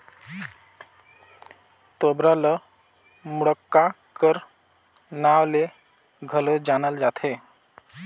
तोबरा ल मुड़क्का कर नाव ले घलो जानल जाथे